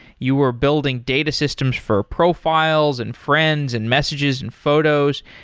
you were building data systems for profiles and friends and messages and photos,